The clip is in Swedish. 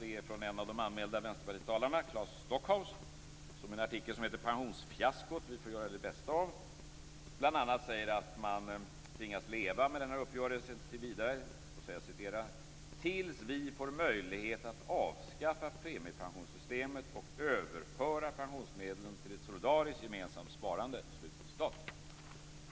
Det är en av de anmälda vänsterpartitalarna, Claes Stockhaus, som i en artikel som heter Pensionsfiaskot vi får göra det bästa av bl.a. säger att man tvingas leva med den här uppgörelsen tills vidare och tills vi får möjlighet att avskaffa premiepensionssystemet och överföra pensionsmedlen till ett solidariskt gemensamt sparande.